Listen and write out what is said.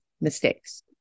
mistakes